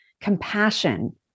Compassion